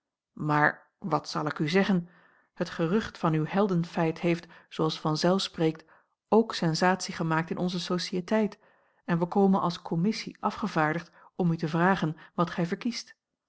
maar wat zal ik u zeggen het gerucht van uw heldenfeit heeft zooals vanzelf spreekt ook sensatie gea l g bosboom-toussaint langs een omweg maakt in onze sociëteit en wij komen als commissie afgevaardigd om u te vragen wat gij verkiest